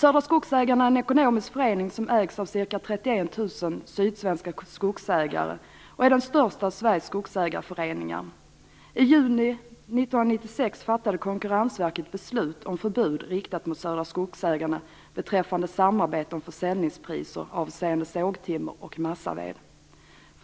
Södra Skogsägarna är en ekonomisk förening som ägs av ca 31 000 sydsvenska skogsägare. Det är den största av Sveriges skogsägarföreningar. I juni 1996 För